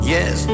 Yes